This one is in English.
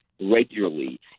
regularly